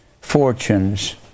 fortunes